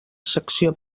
secció